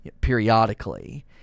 periodically